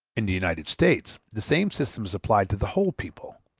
in the united states the same system is applied to the whole people.